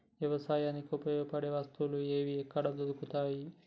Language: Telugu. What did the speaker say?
వ్యవసాయానికి ఉపయోగపడే వస్తువులు ఏవి ఎక్కడ దొరుకుతాయి?